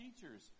teachers